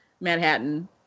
Manhattan